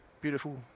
Beautiful